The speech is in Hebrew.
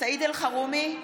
סעיד אלחרומי,